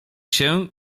się